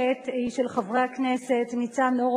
מכירה את רזי עבודת הכנסת מלגו